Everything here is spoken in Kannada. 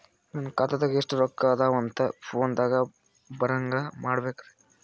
ನನ್ನ ಖಾತಾದಾಗ ಎಷ್ಟ ರೊಕ್ಕ ಉಳದಾವ ಅಂತ ಫೋನ ದಾಗ ಬರಂಗ ಮಾಡ ಬೇಕ್ರಾ?